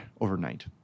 overnight